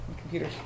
Computers